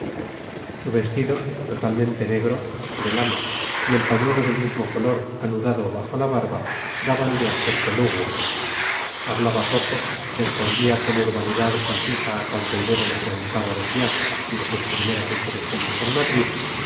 su vestido totalmente negro de lana y el pañuelo del mismo color anudado bajo la barba dábanle aspecto lúgubre hablaba poco respondía con urbanidad concisa a cuanto ibero le preguntaba del viaje y de sus primeras impresiones en madrid